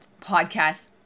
podcast